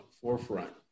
forefront